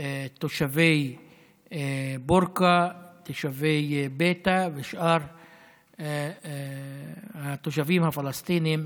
תושבי בורקה, תושבי ביתא ושאר התושבים הפלסטינים,